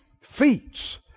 feats